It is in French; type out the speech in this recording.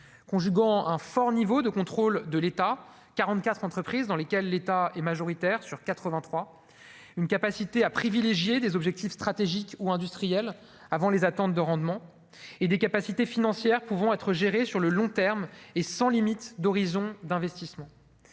conjuguant un fort niveau de contrôle de l'État 44 entreprises dans lesquelles l'État est majoritaire sur 83, une capacité à privilégier des objectifs stratégiques ou industriels avant les attentes de rendement et des capacités financières pouvant être gérés sur le long terme et sans limite d'horizon d'investissement,